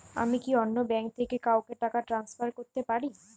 আমি কি অন্য ব্যাঙ্ক থেকে কাউকে টাকা ট্রান্সফার করতে পারি?